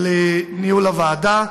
על ניהול הוועדה,